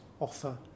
offer